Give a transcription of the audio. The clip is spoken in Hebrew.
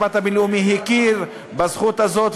המשפט הבין-לאומי הכיר בזכות הזאת,